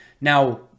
Now